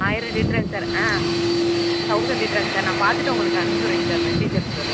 ஆயிரம் லிட்டராங்க sir thousand லிட்டராங்க சார் நான் பார்த்துட்டு உங்களுக்கு அனுப்புகிறேங்க சார் மெசேஜ் அனுப்பிச்சுவுட்றேன்